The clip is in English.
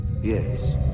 Yes